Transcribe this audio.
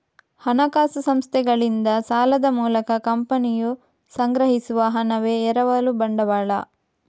ಹಣಕಾಸು ಸಂಸ್ಥೆಗಳಿಂದ ಸಾಲದ ಮೂಲಕ ಕಂಪನಿಯು ಸಂಗ್ರಹಿಸುವ ಹಣವೇ ಎರವಲು ಬಂಡವಾಳ